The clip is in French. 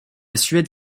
suède